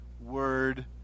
word